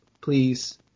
Please